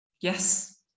Yes